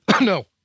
no